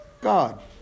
God